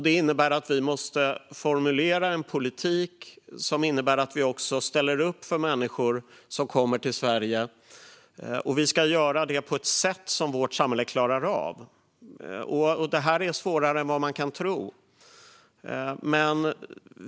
Det innebär att vi måste formulera en politik som innebär att vi ställer upp för människor som kommer till Sverige, och vi ska göra det på ett sätt som vårt samhälle klarar av. Det här är svårare än vad man kan tro.